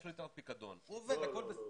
יש לו את הפיקדון והוא עובד והכול בסדר.